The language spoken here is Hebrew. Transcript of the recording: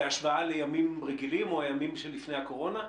בהשוואה לימים רגילים, או הימים שלפני הקורונה?